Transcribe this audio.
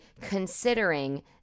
considering